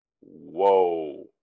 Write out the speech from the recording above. whoa